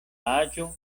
aĝo